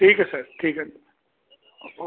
ਠੀਕ ਹੈ ਸਰ ਠੀਕ ਹੈ ਓਕੇ